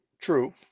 True